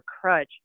crutch